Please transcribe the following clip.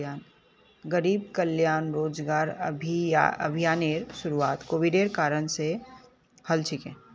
गरीब कल्याण रोजगार अभियानेर शुरुआत कोविडेर कारण से हल छिले